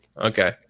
Okay